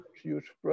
huge